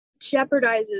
jeopardizes